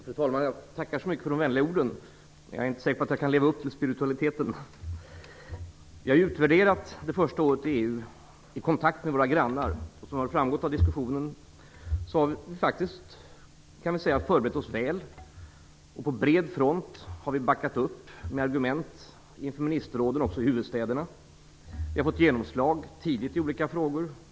Fru talman! Jag tackar så mycket för de vänliga orden. Jag är inte säker på att jag kan leva upp till spiritualiteten. Vi har utvärderat det första året i EU i kontakt med våra grannar. Som har framgått av diskussionen har vi förberett oss väl och på bred front backat upp med argument inför ministerråden i huvudstäderna. Vi har tidigt fått genomslag i olika frågor.